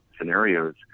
scenarios